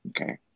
okay